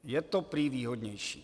Je to prý výhodnější.